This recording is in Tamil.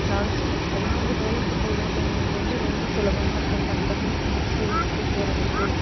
நாண்ஸ்டிக் அதெல்லாம் வந்து வேலைக்கு போகிற பெண்களுக்கு வந்து ரொம்ப சுலபமாக இருக்கணும் டக் டக்னு சமைச்சி வெச்சுட்டு போகிறதுக்கு